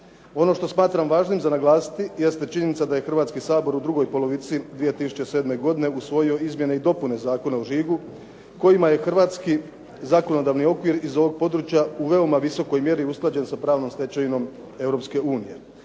Ono što smatram važnim za naglasiti jeste činjenica da je Hrvatski sabor u drugoj polovici 2007. godine usvojio izmjene i dopune Zakona o žigu kojima je hrvatski zakonodavni okvir iz ovog područja u veoma visokoj mjeri usklađen sa pravnom stečevinom